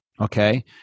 Okay